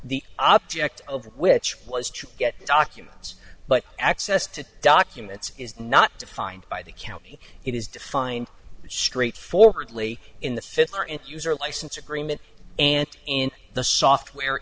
the object over which was to get documents but access to documents is not defined by the county it is defined straightforwardly in the fifth or in user license agreement and in the software